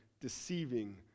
deceiving